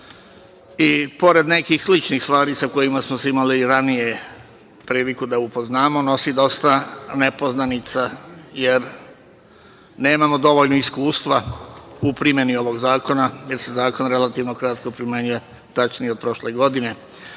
i pored nekih sličnih stvari sa kojima smo imali priliku ranije da se upoznamo, nosi dosta nepoznanica, jer nemamo dovoljno iskustva u primeni ovog zakona, jer se zakon relativno kratko primenjuje, tačnije od prošle godine.